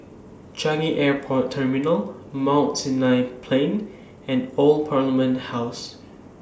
Changi Airport Terminal Mount Sinai Plain and Old Parliament House